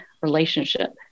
relationship